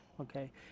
Okay